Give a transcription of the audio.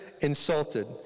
insulted